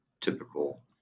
typical